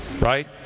Right